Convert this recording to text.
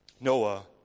Noah